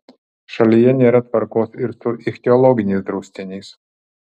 šalyje nėra tvarkos ir su ichtiologiniais draustiniais